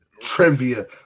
trivia